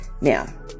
Now